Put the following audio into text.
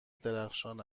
درخشان